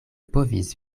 povis